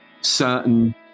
certain